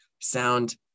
sound